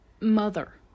mother